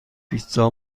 پیتزا